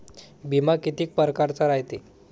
बिमा कितीक परकारचा रायते?